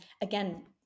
Again